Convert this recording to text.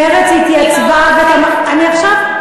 מרצ התייצבה ותמכה,